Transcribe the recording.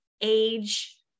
age